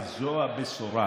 זו הבשורה,